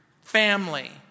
family